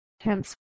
Hence